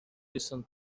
listen